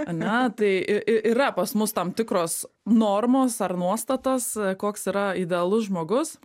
ane tai iii yra pas mus tam tikros normos ar nuostatos koks yra idealus žmogus